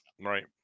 Right